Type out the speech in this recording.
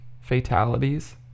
fatalities